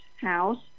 house